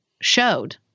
showed